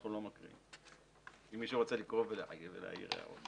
אנחנו לא מקריאים אלא אם מישהו רוצה לקרוא ולהעיר הערות.